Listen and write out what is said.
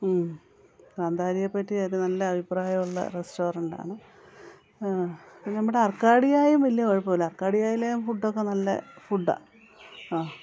കാന്താരിയെപ്പറ്റിയൊരു നല്ല അഭിപ്രായമുള്ള റെസ്റ്റോറൻറ്റാണ് നമ്മുടെ അർക്കാഡിയായും വലിയ കുഴപ്പമില്ല അർക്കാഡിയായിലെ ഫുഡൊക്കെ നല്ല ഫുഡാ ആ